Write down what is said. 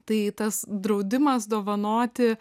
tai tas draudimas dovanoti